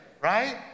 right